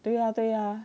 对呀对呀